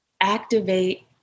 activate